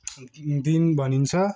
दिन भनिन्छ